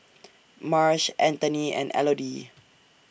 Marsh Antony and Elodie